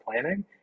planning